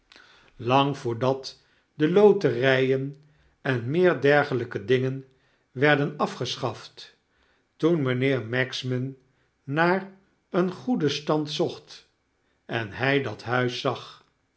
kermisvolk voordat de loteryen en meer dergelijke dingen werden afgeschaft toen mynheer magsman naar een goeden stand zocht en hy dat huis zag